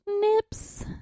Nips